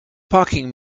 parking